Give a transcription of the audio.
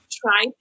try